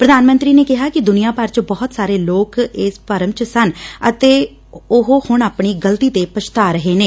ਪ੍ਰਧਾਨ ਮੰਤਰੀ ਨੇ ਕਿਹਾ ਕਿ ਦੁਨੀਆ ਭਰ 'ਚ ਬਹੁਤ ਸਾਰੇ ਲੋਕ ਇਸ ਭਰਮ 'ਚ ਸਨ ਅਤੇ ਉਹ ਹੁਣ ਆਪਣੀ ਗਲਤੀ ਤੇ ਪਛਤਾ ਰਹੇ ਨੇ